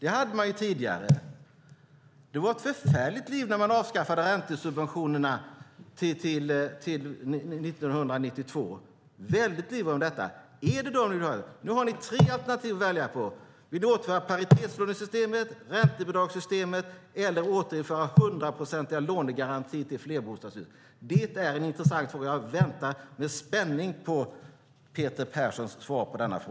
Det hade man ju tidigare, och det var ett förfärligt liv när man avskaffade räntesubventionerna 1992. Nu har ni tre alternativ att välja mellan. Vill ni återinföra paritetslånesystemet, räntebidragssystemet eller hundraprocentiga lånegarantier till flerfamiljshus? Det är en intressant fråga, och jag väntar med spänning på Peter Perssons svar.